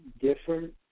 different